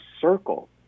circle